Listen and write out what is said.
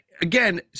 again